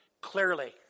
clearly